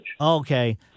Okay